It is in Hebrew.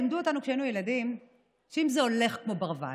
לימדו אותנו כשהיינו ילדים שאם זה הולך כמו ברווז,